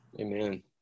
Amen